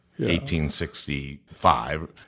1865